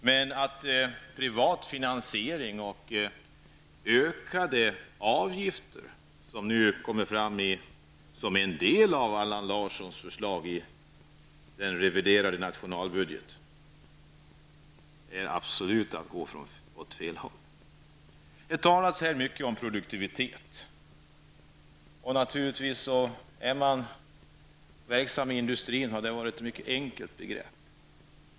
Men att tillgripa privat finansiering och höjda avgifter -- något som utgör en del av Allan Larssons förslag i den reviderade nationalbudgeten -- är absolut att gå åt fel håll. Det talas här mycket om produktivitet. För den som är verksam inom industrin är det mycket enkelt att förstå detta begrepp.